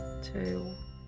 Two